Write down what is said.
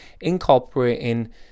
incorporating